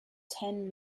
ten